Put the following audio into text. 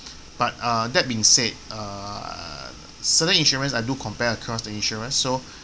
but uh that being said err certain insurance I do compare across the insurers so